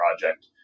project